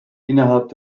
innerhalb